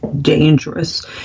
dangerous